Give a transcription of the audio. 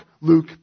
Luke